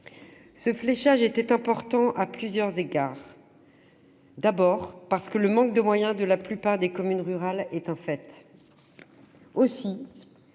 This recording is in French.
tel fléchage était important à plusieurs égards. D'abord, parce que le manque de moyens de la plupart des communes rurales est un fait.